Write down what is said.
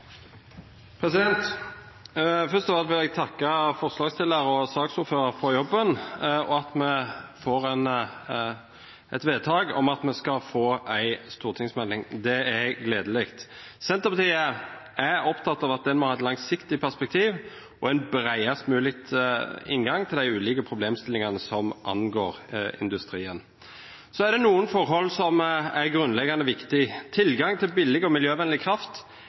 Først vil jeg takke forslagsstillerne og saksordføreren for jobben, og for at vi får et vedtak om at vi skal få en stortingsmelding. Det er gledelig. Senterpartiet er opptatt av at den må ha et langsiktig perspektiv og en bredest mulig inngang til de ulike problemstillingene som angår industrien. Det er noen forhold som er grunnleggende viktige. Tilgang til billig og miljøvennlig kraft